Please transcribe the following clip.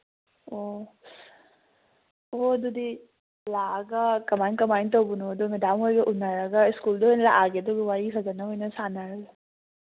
ꯑꯣ ꯑꯣ ꯑꯗꯨꯗꯤ ꯂꯥꯛꯑꯒ ꯀꯃꯥꯏꯅ ꯀꯃꯥꯏꯅ ꯇꯧꯕꯅꯣꯗꯨ ꯃꯦꯗꯥꯝ ꯍꯣꯏꯒ ꯎꯅꯔꯒ ꯁ꯭ꯀꯨꯜꯗ ꯑꯣꯏꯅ ꯂꯥꯛꯑꯒꯦ ꯑꯗꯨꯒ ꯋꯥꯔꯤ ꯐꯖꯅ ꯑꯣꯏꯅ ꯁꯥꯟꯅꯔꯁꯤ